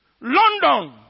london